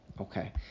Okay